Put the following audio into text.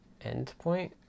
endpoint